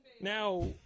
Now